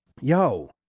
Yo